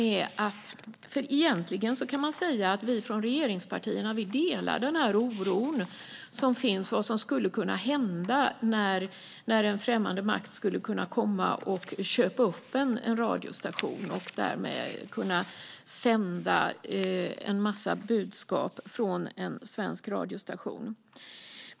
Egentligen kan man säga att vi från regeringspartierna delar den oro som finns för vad som skulle kunna hända om en främmande makt skulle köpa upp en radiostation och därmed skulle kunna sända en massa budskap från en svensk radiostation.